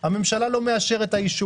לא מאשרת.